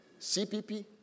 CPP